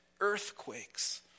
earthquakes